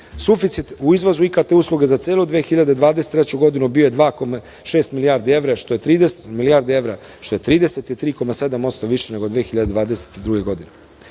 Suficit u izvozu IKT usluga za celu 2023. godinu bio je 2,6 milijardi evra, što je 33,7% više nego 2022.